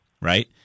right